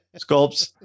sculpts